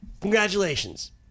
congratulations